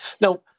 Now